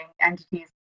entities